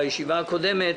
בישיבה הקודמת,